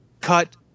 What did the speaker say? cut